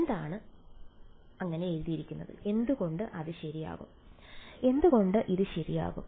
എന്താണ് എന്തുകൊണ്ട് അത് ശരിയാകും എന്തുകൊണ്ട് ഇതും ശരിയാകും